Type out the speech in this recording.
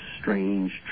strange